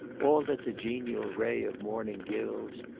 all that the genial ray of morning gilds,